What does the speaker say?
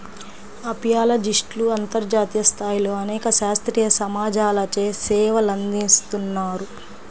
అపియాలజిస్ట్లు అంతర్జాతీయ స్థాయిలో అనేక శాస్త్రీయ సమాజాలచే సేవలందిస్తున్నారు